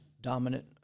dominant